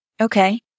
Okay